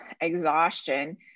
exhaustion